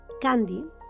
Candy